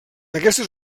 aquestes